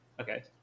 Okay